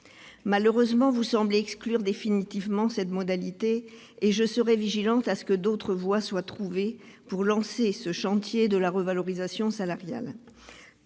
Malheureusement, vous semblez exclure définitivement cette modalité et je serai vigilante à ce que d'autres voies soient trouvées pour lancer ce chantier de la revalorisation salariale.